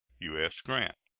u s. grant.